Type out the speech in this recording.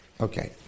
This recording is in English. Okay